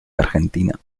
argentina